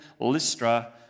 Lystra